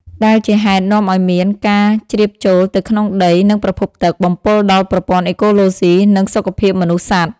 ដែលជាហេតុនាំអោយមាន ការជ្រាបចូលទៅក្នុងដី និងប្រភពទឹក បំពុលដល់ប្រព័ន្ធអេកូឡូស៊ី និងសុខភាពមនុស្សសត្វ។